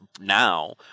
now